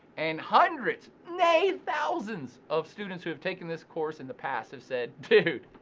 and hundreds, nay thousands, of students who have taken this course in the past have said, dude,